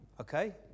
Okay